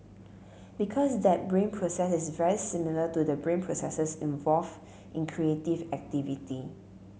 because that brain process is very similar to the brain processes involve in creative activity